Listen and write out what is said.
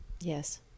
Yes